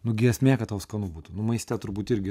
nu giesmė kad tau skanu būtų nu maiste turbūt irgi